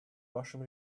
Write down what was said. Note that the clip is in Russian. вашим